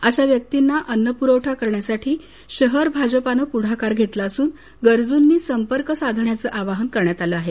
अशा व्यक्तींना अन्न प्रवठा करण्यासाठी शहर भाजपाने पुढाकार घेतला असून गरजूंनी संपर्क साधण्याचे आवाहन करण्यात आले आहे